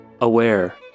Aware